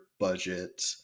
budget